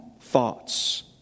thoughts